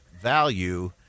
value